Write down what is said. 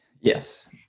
Yes